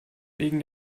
wegen